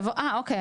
אוקיי.